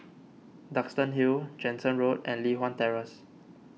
Duxton Hill Jansen Road and Li Hwan Terrace